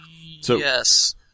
Yes